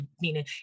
meaning